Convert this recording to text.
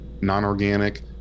non-organic